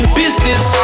business